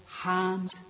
hand